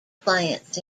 plants